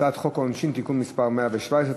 הצעת חוק העונשין (תיקון מס' 117),